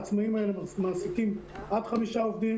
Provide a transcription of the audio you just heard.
העצמאים האלה מעסיקים עד חמישה עובדים.